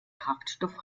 kraftstoff